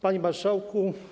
Panie Marszałku!